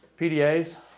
PDAs